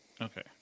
Okay